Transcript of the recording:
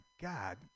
God